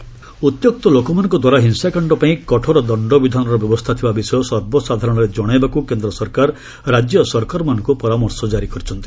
centre mob lynching ଉତ୍ୟକ୍ତ ଲୋକମାନଙ୍କଦ୍ୱାରା ହିଂସାକାଣ୍ଡପାଇଁ କଠୋର ଦଶ୍ଡବିଧାନର ବ୍ୟବସ୍ଥା ଥିବା ବିଷୟ ସର୍ବସାଧାରଣରେ ଜଣାଇବାକୁ କେନ୍ଦ୍ର ସରକାର ରାଜ୍ୟ ସରକାରମାନଙ୍କୁ ପରାମର୍ଶ ଜାରି କରିଛନ୍ତି